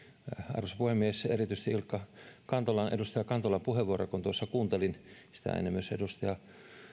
arvoisa puhemies erityisesti edustaja kantolan puheenvuoroa kun tuossa kuuntelin sitä ennen myös edustaja